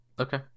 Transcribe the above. Okay